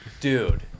Dude